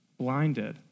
blinded